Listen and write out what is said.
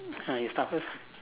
ah you start first